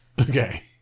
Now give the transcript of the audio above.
Okay